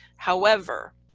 however,